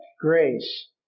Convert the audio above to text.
grace